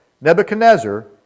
Nebuchadnezzar